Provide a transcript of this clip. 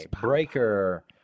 Breaker